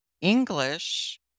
English